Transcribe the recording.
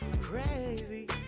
Crazy